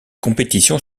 compétition